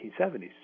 1970s